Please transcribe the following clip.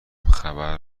خبر